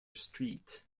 street